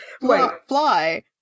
fly